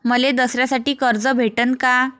मले दसऱ्यासाठी कर्ज भेटन का?